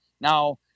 now